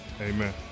Amen